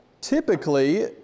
Typically